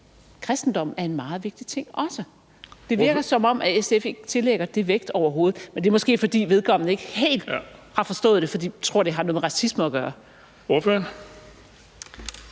kristendommen også er en meget vigtig ting. Det virker, som om SF overhovedet ikke tillægger det vægt, men det er måske, fordi vedkommende ikke helt har forstået det, fordi man tror, det har noget med racisme at gøre. Kl.